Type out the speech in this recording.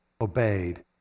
Obeyed